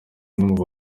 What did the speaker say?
umwe